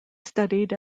studied